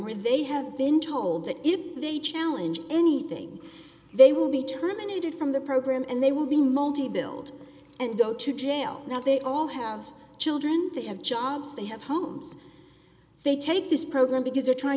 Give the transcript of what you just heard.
where they have been told that if they challenge anything they will be terminated from the program and they will be multi build and go to jail now they all have children they have jobs they have homes they take this program because they're trying